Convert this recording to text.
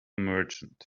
merchant